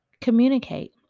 communicate